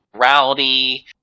rowdy